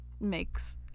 makes